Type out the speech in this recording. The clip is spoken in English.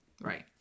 right